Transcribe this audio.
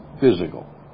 physical